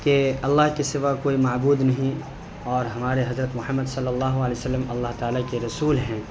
کہ اللہ کے سوا کوئی معبود نہیں اور ہمارے حضرت محمد صلی اللہ علیہ وسلم اللہ تعالیٰ کے رسول ہیں